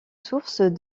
source